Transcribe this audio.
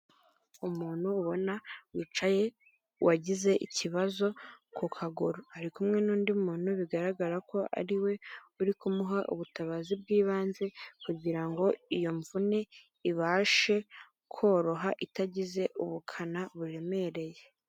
Umuntu ubona wicaye wagize ikibazo ku kaguru ari kumwe n'undi muntu bigaragara ko ariwe uri kumuha ubutabazi bw'ibanze kugira ngo iyo mvune ibashe koroha itagize ubukana buremereye.